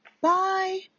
bye